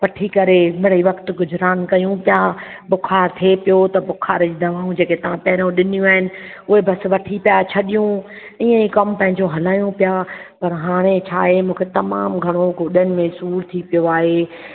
वठी करे मिड़ेई वक़्तु गुज़रान कयूं पिया बुख़ारु थिए पियो त बुख़ार जी दवाऊं जेके तव्हां पहिरियों डिनियूं आहिनि हुए बसि वठी पिया छॾियूं इअं ई कमु पंहिंजो हलाइयूं पिया पर हाणे छा आहे मूंखे तमामु घणो गोॾनि में सूर थी पियो आहे